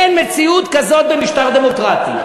אין מציאות כזאת במשטר דמוקרטי.